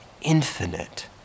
infinite